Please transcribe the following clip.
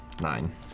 Nine